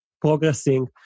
progressing